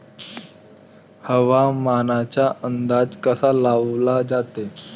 हवामानाचा अंदाज कसा लावला जाते?